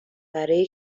برای